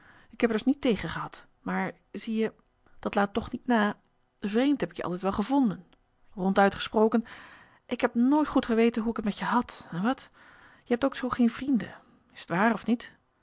ik heb er dus niet tegen gehad maar zie je dat laat toch niet na vreemd heb ik je altijd wel gevonden ronduit gesproken ik heb nooit goed geweten hoe ik t met je had hè wat je hebt ook zoo geen vrienden is t waar of niet